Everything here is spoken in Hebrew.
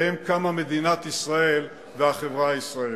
שעליהם קמה מדינת ישראל והחברה הישראלית?